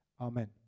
Amen